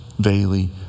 daily